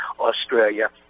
Australia